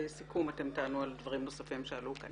בסיכום אתם תענו על דברים נוספים שעלו כאן.